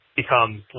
becomes